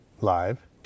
live